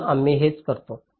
म्हणून आम्ही हेच करतो